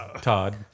Todd